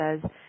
says